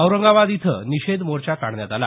औरंगाबाद इथं निषेध मोर्चा काढण्यात आला